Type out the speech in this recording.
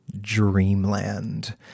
dreamland